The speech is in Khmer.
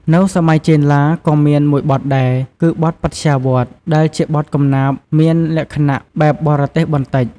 នៅសម័យចេនឡា ក៏មានមួយបទដែរគឺ បទបថ្យាវដ្ត ដែលជាបទកំណាព្យមានលក្ខណៈបែបបរទេសបន្តិច។